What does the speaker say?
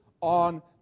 on